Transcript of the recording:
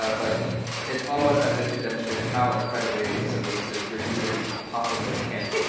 ah but it's almost as if to demonstrate how incredibly simple this is, you're using a pot with no handle